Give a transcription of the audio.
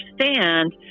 understand